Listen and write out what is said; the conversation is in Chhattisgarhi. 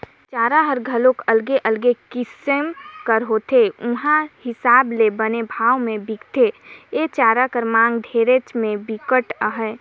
चारा हर घलोक अलगे अलगे किसम कर होथे उहीं हिसाब ले बने भाव में बिकथे, ए चारा कर मांग डेयरी में बिकट अहे